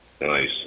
Nice